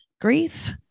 Grief